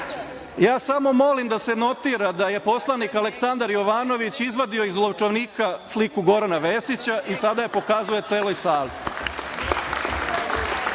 maneken.)Molim da se notira da je Aleksandar Jovanović izvadio iz novčanika sliku Gorana Vesića i sada je pokazuje celoj sali.Zašto